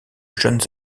jeunes